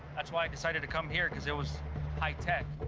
that's why i decided to come here, because it was high-tech.